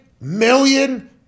million